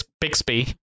Bixby